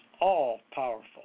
all-powerful